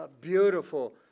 beautiful